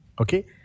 Okay